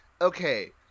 Okay